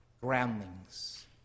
groundlings